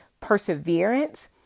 perseverance